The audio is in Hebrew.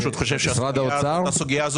שר הבריאות